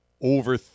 over